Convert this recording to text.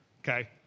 okay